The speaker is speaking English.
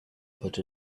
put